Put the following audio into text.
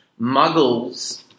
Muggles